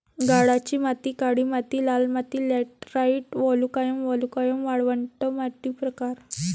गाळाची माती काळी माती लाल माती लॅटराइट वालुकामय वालुकामय वाळवंट माती प्रकार